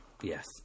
Yes